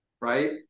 Right